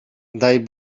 daj